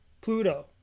Pluto